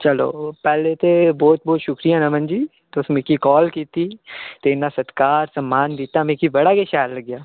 चलो पैह्ले ते बहुत बहुत शुक्रिया नमन जी तु'स मिक्की कॉल कीती ते इन्ना सत्कार सम्मान दित्ता मिक्की बड़ा गै शैल लग्गेआ